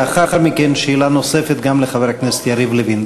לאחר מכן, שאלה נוספת גם לחבר הכנסת יריב לוין.